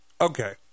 Okay